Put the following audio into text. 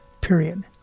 period